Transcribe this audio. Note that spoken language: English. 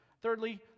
Thirdly